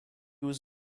was